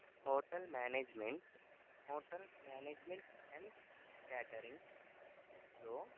hotel management hotel management and catering లో